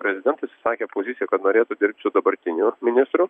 prezidentas išsakė poziciją kad norėtų dirbt su dabartiniu ministru